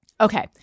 Okay